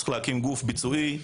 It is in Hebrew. צריך להקים גוף ביצועי,